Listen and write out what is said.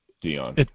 Dion